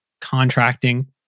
contracting